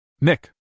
Nick